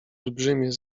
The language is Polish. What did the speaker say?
olbrzymie